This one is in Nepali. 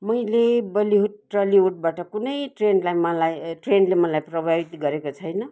मैले बलिउड टलीउडबाट कुनै ट्रेनलाई मलाई ए ट्रेन्डले मलाई प्रभावित गरेको छैन